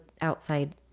outside